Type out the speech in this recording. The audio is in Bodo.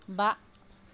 बा